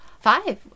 Five